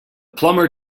plumber